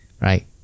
Right